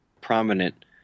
prominent